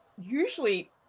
usually